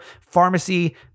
pharmacy